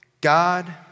God